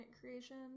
creation